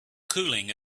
cooling